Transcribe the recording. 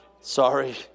Sorry